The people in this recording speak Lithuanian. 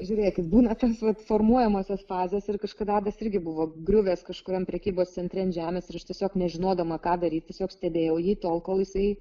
žiūrėkit būna tos vat formuojamosios fazės ir kažkada irgi buvo griuvęs kažkuriam prekybos centre ant žemės ir aš tiesiog nežinodama ką daryti tiesiog stebėjau jį tol kol jisai